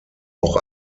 auch